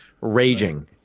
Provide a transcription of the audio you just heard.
raging